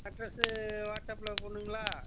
address வாட்ஸாப்பில் போடணுங்களா